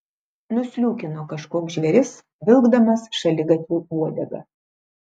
nusliūkino kažkoks žvėris vilkdamas šaligatviu uodegą